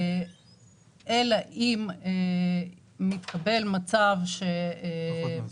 כשהאגרה המינימלית שהוא ישלם היא 10 שקלים.